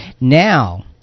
Now